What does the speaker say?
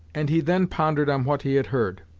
and he then pondered on what he had heard.